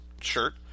shirt